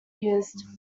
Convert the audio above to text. used